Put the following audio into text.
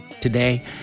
today